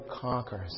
conquers